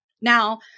Now